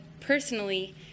personally